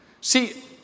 See